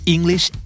English